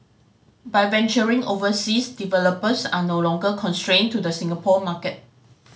by venturing overseas developers are no longer constrained to the Singapore market